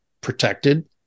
protected